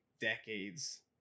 decades